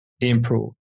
improve